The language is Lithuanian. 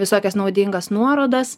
visokias naudingas nuorodas